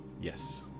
Yes